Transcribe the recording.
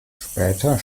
später